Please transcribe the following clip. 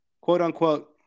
quote-unquote